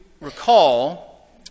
recall